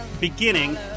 beginning